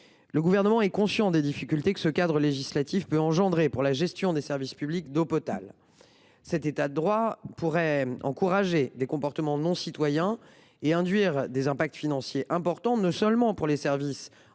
Le Gouvernement est conscient des difficultés que ce cadre législatif peut engendrer dans la gestion du service public de l’eau potable. Cet état du droit pourrait encourager les comportements inciviques et avoir des effets financiers notables, non seulement pour les services, en raison